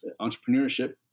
entrepreneurship